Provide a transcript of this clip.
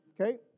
okay